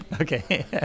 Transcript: Okay